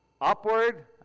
upward